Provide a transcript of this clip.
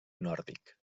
nòrdic